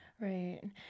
Right